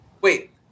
wait